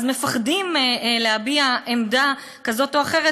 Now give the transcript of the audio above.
מפחדים להביע עמדה כזו או אחרת,